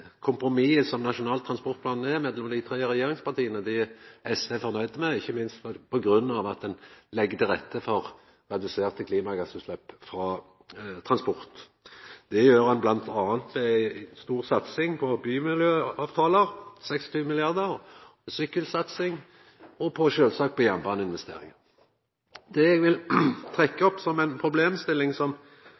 Kompromisset – som Nasjonal transportplan er – mellom dei tre regjeringspartia er SV fornøyd med, ikkje minst på grunn av at ein legg til rette for reduserte klimagassutslepp frå transportsektoren. Det gjer ein bl.a. ved ei stor satsing på bymiljøavtalar – 26 mrd. kr – på sykkelsatsing og sjølvsagt på jernbaneinvesteringar. Det eg vil trekkja opp som ei problemstilling, som